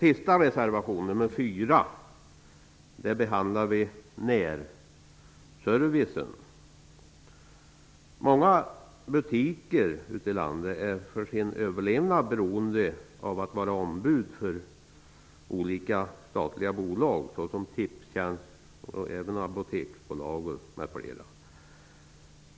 I reservation nr 4 behandlar vi närservicen. Många butiker ute i landet är för sin överlevnad beroende av att vara ombud för olika statliga bolag, såsom Tipstjänst och Apoteksbolaget.